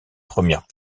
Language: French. premières